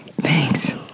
Thanks